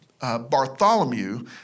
Bartholomew